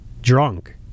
drunk